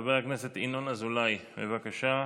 חבר הכנסת ינון אזולאי, בבקשה.